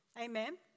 Amen